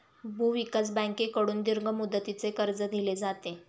भूविकास बँकेकडून दीर्घ मुदतीचे कर्ज दिले जाते